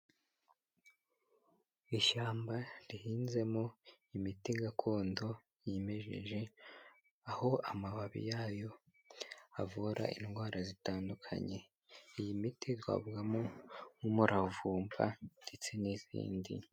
Ishyamba rihinzemo imiti gakondo yimejeje aho amababi yayo avura indwara zitandukanye, iyi miti twavugamo nk'umuravumba ndetse n'izindi.